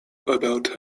about